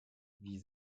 wie